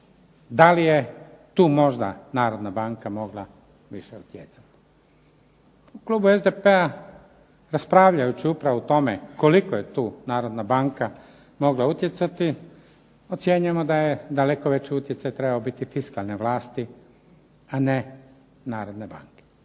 da li je tu možda Narodna banka mogla više utjecati. U klubu SDP-a raspravljajući upravo o tome koliko je tu Narodna banka mogla utjecati ocjenjujemo da je daleko veći utjecaj trebao biti fiskalne vlasti, a ne Narodne banke.